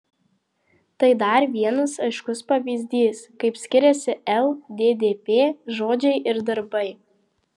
tai dar vienas aiškus pavyzdys kaip skiriasi lddp žodžiai ir darbai